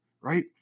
right